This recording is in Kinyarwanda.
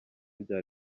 bya